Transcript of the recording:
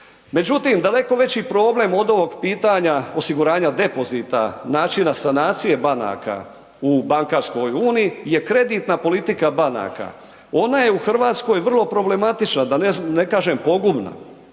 Međutim, daleko veći problem od ovog pitanja osiguranja depozita načina sanacije banaka u bankarskoj uniji je kreditna politika banaka. Ona je u Hrvatskoj vrlo problematična, da ne kažem pogubna.